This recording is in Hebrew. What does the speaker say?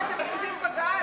די, די, כי אתם עוקפים בג"ץ.